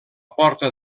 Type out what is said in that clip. porta